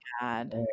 god